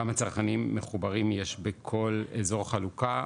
כמה צרכנים מחוברים יש בכל אזור חלוקה,